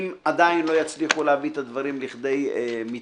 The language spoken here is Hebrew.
אם עדיין לא יצליחו להביא את הדברים לכדי מיצוי,